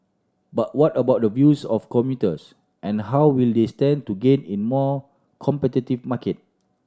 but what about the views of commuters and how will they stand to gain in more competitive market